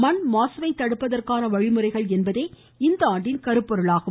மண் மாசுவை தடுப்பதற்கான வழிமுறைகள் என்பதே இந்தாண்டின் கருப்பொருளாகும்